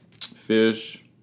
fish